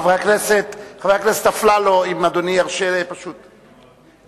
חבר הכנסת אפללו, אם אדוני ירשה, בבקשה.